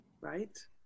Right